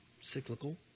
Cyclical